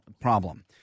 problem